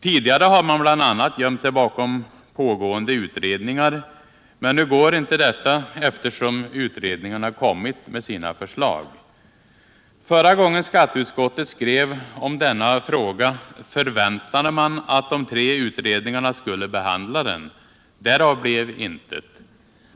Tidigare har man bl.a. gömt sig bakom pågående utredningar, men nu går inte detta eftersom utredningarna kommit med sina förslag. Förra gången skatteutskottet skrev om denna fråga förväntade man att de tre utredningarna skulle behandla den. Därav blev intet.